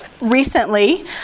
recently